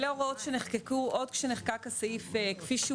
אלה הוראות שנחקקו עוד כשנחקק הסעיף כפי שהוא